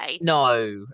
No